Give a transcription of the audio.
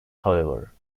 however